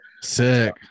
sick